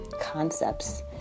concepts